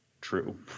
true